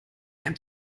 beim